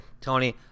Tony